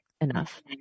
enough